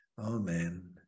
amen